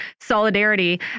solidarity